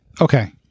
Okay